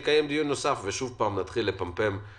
או שנקיים דיון נוסף ושוב פעם נתחיל להעביר